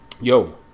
Yo